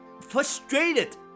frustrated